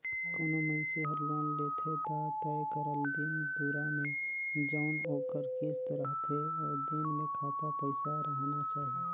कोनो मइनसे हर लोन लेथे ता तय करल दिन दुरा में जउन ओकर किस्त रहथे ओ दिन में खाता पइसा राहना चाही